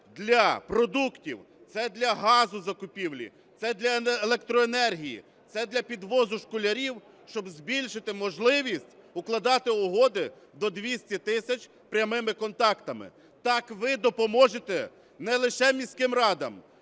для продуктів, це для газу закупівлі, це для електроенергії, це для підвозу школярів, щоб збільшити можливість укладати угоди до 200 тисяч прямими контактами. Так ви допоможете не лише міським радам,